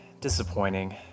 disappointing